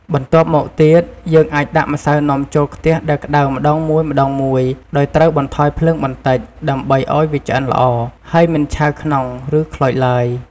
បន្ទាប់មកទៀត យើងអាចដាក់ម្សៅនំចូលខ្ទះដែលក្តៅម្ដងមួយៗ ដោយត្រូវបន្ថយភ្លើងបន្តិច ដើម្បីឱ្យវាឆ្អិនល្អ ហើយមិនឆៅក្នុង ឬខ្លោចទ្បើយ។